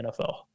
NFL